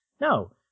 No